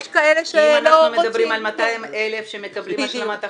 כי אם אנחנו מדברים על 200,000 שמקבלים השלמת הכנסה,